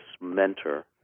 mentor